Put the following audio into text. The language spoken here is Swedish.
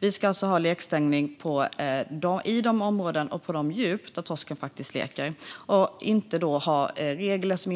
Vi ska alltså ha lekstängning i de områden och på de djup där torsken faktiskt leker och inte ha regler som